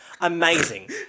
Amazing